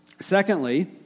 Secondly